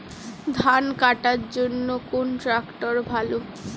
ধান কাটার জন্য কোন ট্রাক্টর ভালো?